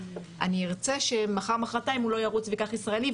אני ארצה שמחר-מחרתיים הוא לא ירוץ וייקח ישראלי,